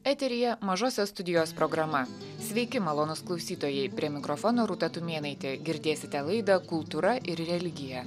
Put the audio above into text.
eteryje mažosios studijos programa sveiki malonūs klausytojai prie mikrofono rūta tumėnaitė girdėsite laidą kultūra ir religija